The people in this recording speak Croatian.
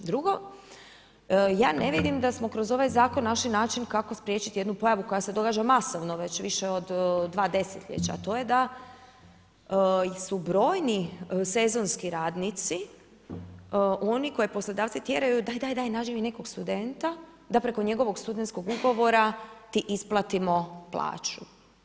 Drugo ja ne vidim da smo kroz ovaj zakon našli način, kako spriječiti jednu pojavu koja se pojava masovno već više od 2 desetljeća, a to je da su brojni sezonski radnici, oni koji poslodavce tjeraju, daj, daj, daj, nađi mi nekog studenta, da preko njegovog studentskog ugovora ti isplatimo plaću.